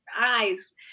eyes